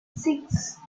six